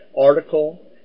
article